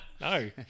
No